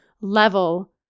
level